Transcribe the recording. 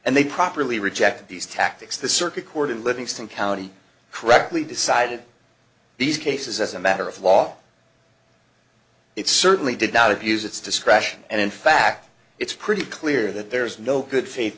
and they properly rejected these tactics the circuit court in livingston county correctly decided these cases as a matter of law it certainly did not abuse its discretion and in fact it's pretty clear that there is no good faith